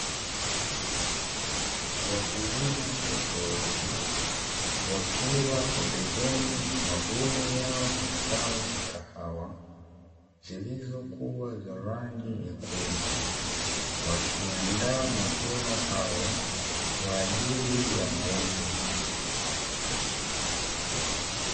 Wakulima tofauti wakiwa pembezoni mwa mavuno yao ya zao la kahawa zilizokuwa za rangi nyekundu, wakiandaa mavuno hayo kwa ajili ya mauzo.